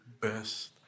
best